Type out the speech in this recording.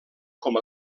com